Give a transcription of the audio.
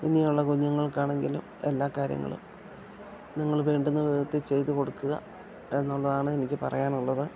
ഇനിയുള്ള കുഞ്ഞുങ്ങൾക്കാണങ്കിലും എല്ലാ കാര്യങ്ങളും നിങ്ങൾ വേണ്ടുന്ന വിധത്തിൽ ചെയ്ത് കൊടുക്കുക എന്നുള്ളതാണെനിക്ക് പറയാനുള്ളത്